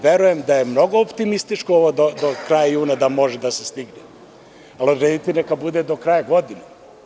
Verujem da je mnogo optimistički do kraja juna da može da se stigne, ali odredite da bude do kraja godine.